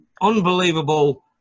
unbelievable